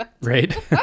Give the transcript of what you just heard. Right